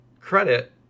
credit